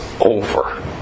over